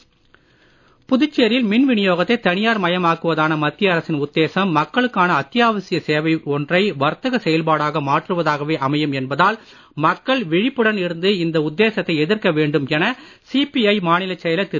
Puducherry CPI புதுச்சேரியில் மின் வினியோகத்தை தனியார் மயமாக்குவதான மத்திய அரசின் உத்தேசம் மக்களுக்கான அத்தியாவசிய சேவை ஒன்றை வர்த்தக செயல்பாடாக மாற்றுவதாகவே அமையும் என்பதால் மக்கள் விழிப்புடன் இருந்து இந்த உத்தேசத்தை எதிர்க்க வேண்டும் என சிபிஐ மாநிலச் செயலர் திரு